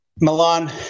Milan